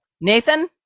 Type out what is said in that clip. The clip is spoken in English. Nathan